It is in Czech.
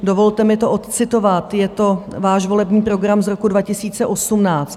Dovolte mi to odcitovat, je to váš volební program z roku 2018: